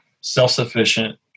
self-sufficient